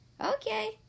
Okay